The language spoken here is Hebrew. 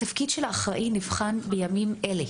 התפקיד של האחראי נבחן בימים אלה.